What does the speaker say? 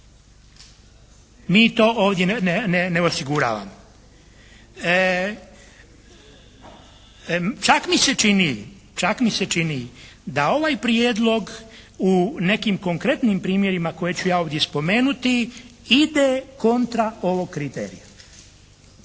Mi to ovdje ne osiguravamo. Čak mi se čini da ovaj prijedlog u nekim konkretnim primjerima koje ću ja ovdje spomenuti ide kontra ovog kriterija.